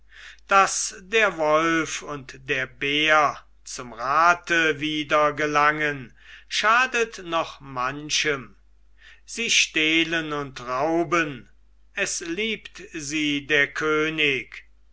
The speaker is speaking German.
daß der wolf und der bär zum rate wieder gelangen schadet noch manchem sie stehlen und rauben es liebt sie der könig